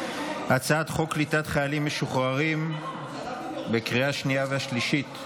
הצעת חוק קליטת חיילים משוחררים בקריאה שנייה ושלישית,